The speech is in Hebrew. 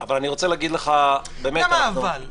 אבל אני רוצה להגיד לך --- למה אבל?